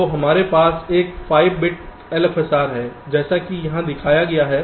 तो हमारे पास एक 5 बिट LFSR है जैसा कि यहां दिखाया गया है